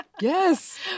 Yes